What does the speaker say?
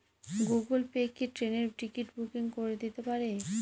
Google Pay কি ট্রেনের ticket booking করে দিতে পারে?